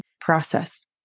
process